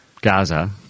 Gaza